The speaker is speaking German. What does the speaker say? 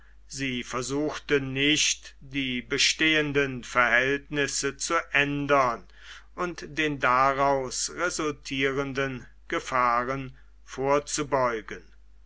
sie versuchte nicht die bestehenden verhältnisse zu ändern und den daraus resultierenden gefahren vorzubeugen